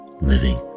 living